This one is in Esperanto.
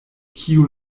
kiu